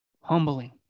humbling